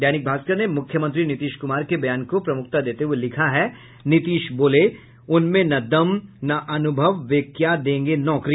दैनिक भास्कर ने मुख्यमंत्री नीतीश कुमार के बयान को प्रमुखता देते हुए लिखा है नीतीश बोले उनमें न दम न अनुभव वे क्या देंगे नौकरी